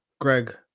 Greg